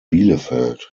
bielefeld